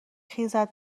خیزد